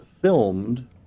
filmed